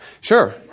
Sure